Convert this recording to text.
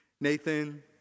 Nathan